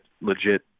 legit